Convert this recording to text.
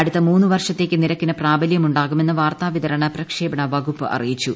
അടുത്ത മൂന്ന് വർഷത്തേക്ക് നിരക്കിന് പ്രാബല്യമുണ്ടാകുമെന്ന് വാർത്താവിതരണ പ്രക്ഷേപണ വകുപ്പ് അറിയിച്ചു